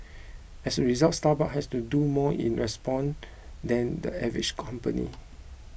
as a result Starbucks had to do more in response than the average company